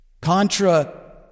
Contra